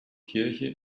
kirche